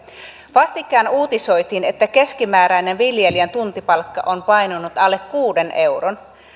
vastikään uutisoitiin että keskimääräinen viljelijän tuntipalkka on painunut alle kuuden euron